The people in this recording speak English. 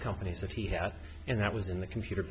companies that he has and that was in the computer